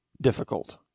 difficult